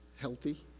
healthy